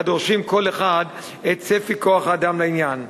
הדורשים כל אחד את צפי כוח-האדם לעניין.